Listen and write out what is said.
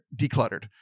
decluttered